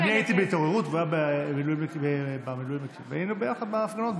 אני הייתי בהתעוררות והוא היה במילואימניקים והיינו ביחד בהפגנות,